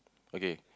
okay